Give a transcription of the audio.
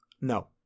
No